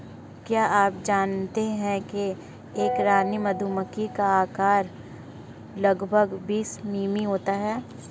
क्या आप जानते है एक रानी मधुमक्खी का आकार लगभग बीस मिमी होता है?